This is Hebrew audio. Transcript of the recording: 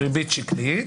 ריבית שקלית,